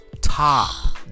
top